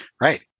Right